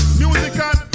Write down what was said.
musical